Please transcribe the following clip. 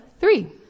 Three